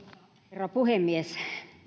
herra puhemies